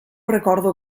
recordo